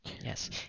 Yes